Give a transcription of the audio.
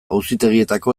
auzitegietako